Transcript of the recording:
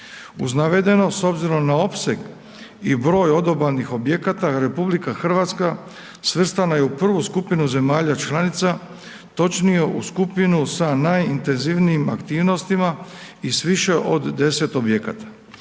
Uz navedeno s obzirom na opseg i broj odobalnih objekata RH svrstana je u prvu skupinu zemalja članica, točnije u skupinu sa najintenzivnijim aktivnostima i s više od 10 objekata.